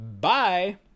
Bye